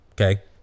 Okay